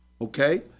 Okay